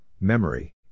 memory